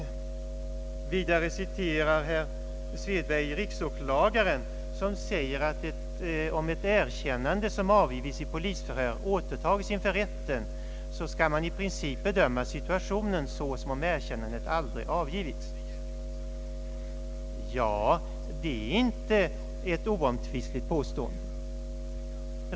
Vidare citerar herr Svedberg riksåklagaren, som säger att om ett erkännande som avgivits vid polisförhör återtages inför rätten skall man i princip bedöma situationen så som om er Om förhörsvittne vid polisförhör kännandet aldrig avgivits. Det är inte ett alldeles oomtvistligt påstående.